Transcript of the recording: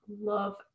Love